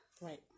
Right